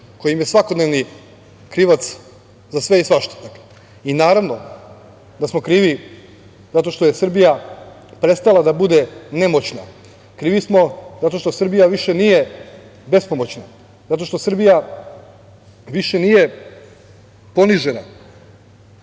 koji im je svakodnevni krivac za sve i svašta i naravno da smo krivi zato što je Srbija prestala da bude nemoćna, krivi smo zato što Srbija više nije bespomoćna, zato što Srbija više nije ponižena